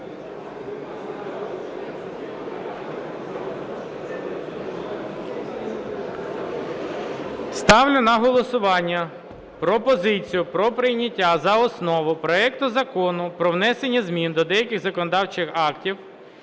Ставлю на голосування пропозицію про прийняття за основу проекту Закону про внесення змін до деяких законодавчих актів